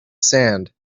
sand